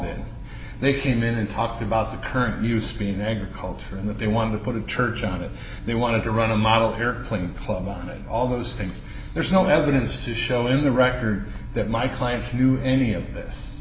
involved they came in and talked about the current use spin agriculture and that they wanted to put a church on it they wanted to run a model here playing club on it all those things there's no evidence to show in the record that my clients knew any of this